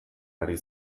ari